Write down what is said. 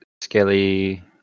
Skelly